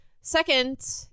Second